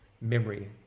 memory